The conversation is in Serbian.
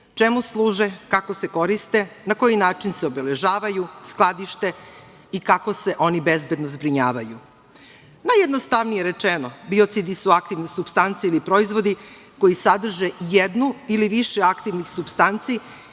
čemu služe, kako se koriste, na koji način se obeležavaju, skladište i kako se oni bezbedno zbrinjavaju. Najjednostavnije rečeno, biocidi su aktivne supstance ili proizvodi koji sadrže jednu ili više aktivnih supstanci